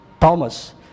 Thomas